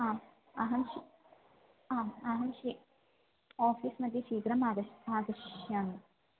आम् अहं शि आम् अहं शि आफ़िस्मध्ये शीघ्रमागच्छामि आगच्छामि